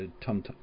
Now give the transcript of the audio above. Tom